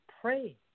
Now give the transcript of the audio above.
pray